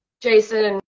Jason